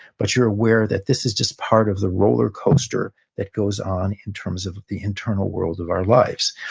but you're aware that this is just part of the rollercoaster that goes on in terms of the internal world of our lives.